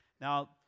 Now